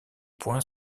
points